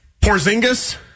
Porzingis